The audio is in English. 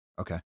Okay